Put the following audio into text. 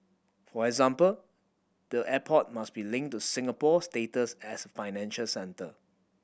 for example the airport must be linked to Singapore's status as a financial centre